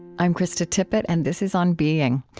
i'm krista tippett, and this is on being.